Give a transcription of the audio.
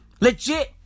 Legit